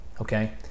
Okay